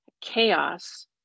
chaos